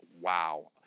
Wow